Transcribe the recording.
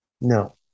no